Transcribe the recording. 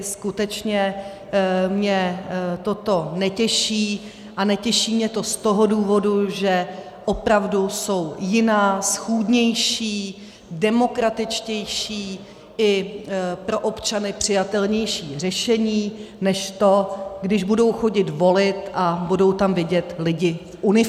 Skutečně mě toto netěší, a netěší mě to z toho důvodu, že opravdu jsou jiná, schůdnější, demokratičtější, i pro občany přijatelnější řešení než to, když budou chodit volit a budou tam vidět lidi v uniformách.